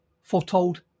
foretold